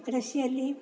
ಕೃಷಿಯಲ್ಲಿ